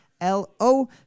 L-O